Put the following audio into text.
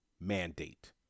Mandate